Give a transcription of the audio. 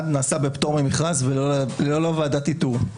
נעשים בפטור ממכרז וללא ועדת איתורים.